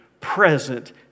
present